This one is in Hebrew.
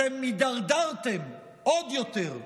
אתם הידרדרתם עוד יותר,